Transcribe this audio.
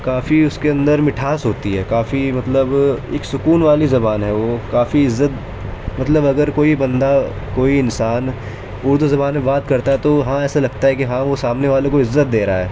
کافی اس کے اندر مٹھاس ہوتی ہے کافی مطلب ایک سکون والی زبان ہے وہ کافی عزت مطلب اگر کوئی بندہ کوئی انسان اردو زبان میں بات کرتا ہے تو ہاں ایسا لگتا ہے کہ ہاں وہ سامنے والے کو عزت دے رہا ہے